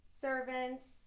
servants